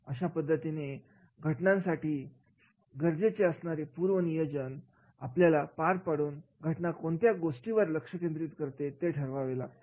अशा पद्धतीने घटनांसाठी गरजेचे असणारे पूर्व नियोजन आपल्याला पार पाडून घटना कोणत्या गोष्टीवर लक्ष केंद्रित करते ते ठरवावे लागते